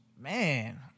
Man